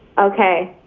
okay,